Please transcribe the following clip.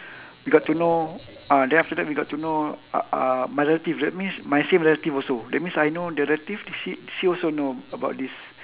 we got to know ah then after that we got to know uh uh my relative that means my same relative also that means I know the relative sh~ she also know about this